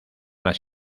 las